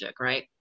Right